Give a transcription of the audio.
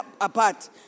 apart